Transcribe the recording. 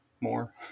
more